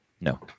No